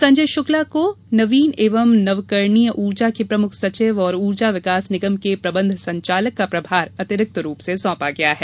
संजय शुक्ला को नवीन एवं नवकरणीय ऊर्जा के प्रमुख सचिव और ऊर्जा विकास निगम के प्रबंध संचालक का प्रभार अतिरिक्त रूप से सौंपा गया है